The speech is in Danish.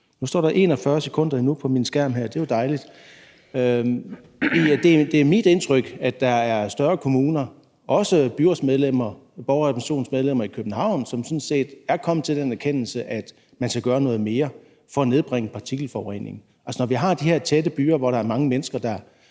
Nu står der 41 sekunder endnu på min skærm her, og det er jo dejligt. Det er mit indtryk, at der er større kommuner, også byrådsmedlemmer og borgerrepræsentationsmedlemmer i København, som sådan set er kommet til den erkendelse, at man skal gøre noget mere for at nedbringe partikelforureningen. Når vi har de her tætte byer, hvor der er mange mennesker, der